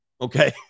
Okay